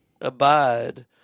abide